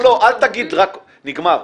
לא, אל תגיד 'רק', נגמר.